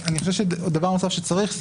אני חושב שדבר נוסף שצריך,